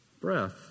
breath